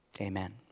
Amen